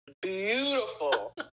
beautiful